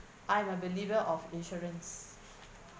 I'm a believer of insurance